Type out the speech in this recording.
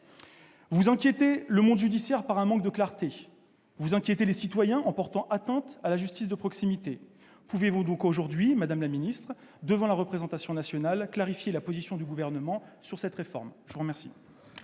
Vous inquiétez le monde judiciaire par un manque de clarté, et les citoyens en portant atteinte à la justice de proximité. Pouvez-vous aujourd'hui, madame la ministre, devant la représentation nationale, clarifier la position du Gouvernement sur cette réforme ? La parole